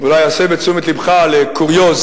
אסב את תשומת לבך לקוריוז: